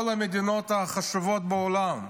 כל המדינות החשובות בעולם.